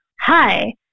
hi